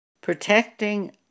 Protecting